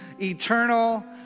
eternal